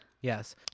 yes